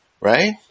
Right